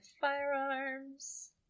firearms